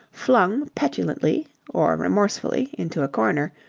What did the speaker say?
flung petulantly or remorsefully into a corner,